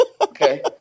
Okay